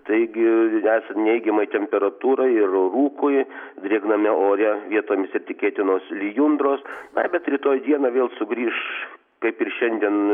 taigi esant neigiamai temperatūrai ir rūkui drėgname ore vietomis ir tikėtinos lijundros na bet rytoj dieną vėl sugrįš kaip ir šiandien